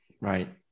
Right